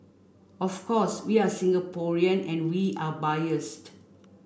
of course we are Singaporean and we are biased